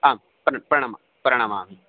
आम् प्रणाम् प्रणमामि